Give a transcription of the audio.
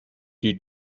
due